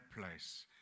place